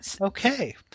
Okay